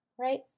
right